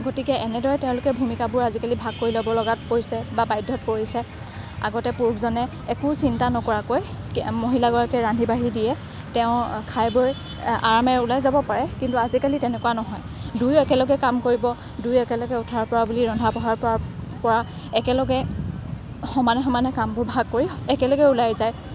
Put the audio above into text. গতিকে এনেদৰে তেওঁলোকে ভূমিকাবোৰ আজিকালি ভাগ কৰি ল'ব লগাত পৰিছে বা বাধ্যত পৰিছে আগতে পুৰুষজনে একো চিন্তা নকৰাকৈ মহিলা গৰাকীয়ে ৰান্ধি বাঢ়ি দিয়ে তেওঁ খাই বৈ আৰামে ওলাই যাব পাৰে কিন্তু আজিকালি তেনেকুৱা নহয় দুয়ো একেলগে কাম কৰিব দুয়ো একেলগে উঠাৰ পৰা বুলি ৰন্ধা বঢ়াৰ পৰা একেলগে সমানে সমানে কামবোৰ ভাগ কৰি একেলগে ওলাই যায়